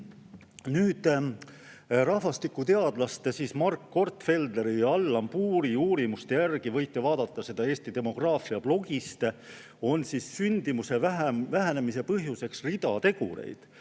Rahvastikuteadlaste Mark Gortfelderi ja Allan Puuri uurimuste järgi – võite vaadata seda Eesti demograafia blogist – on sündimuse vähenemise põhjuseks rida tegureid.